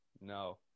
No